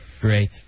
Great